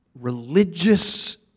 Religious